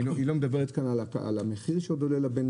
היא לא מדברת כאן על המחיר שעוד עולה לב בין